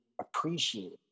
appreciate